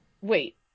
Wait